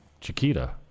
Chiquita